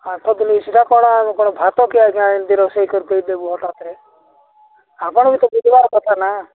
ଆଠ ଦିନ ସେଇଟା କ'ଣ ଆମ କ'ଣ ଭାତ କି ଆଜ୍ଞା ଏମିତି ରୋଷେଇ କରି ଦେଇ ଦେବୁ ହଠାତରେ ଆପଣ ବି ତ ବୁଝିବାର କଥା ନା